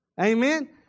Amen